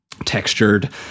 textured